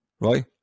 right